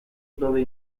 dove